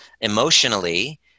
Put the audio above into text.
emotionally